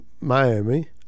Miami